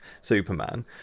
Superman